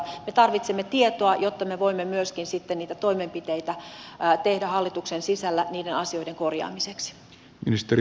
me tarvitsemme tietoa jotta me voimme myöskin sitten niitä toimenpiteitä tehdä hallituksen sisällä niiden asioiden korjaamiseksi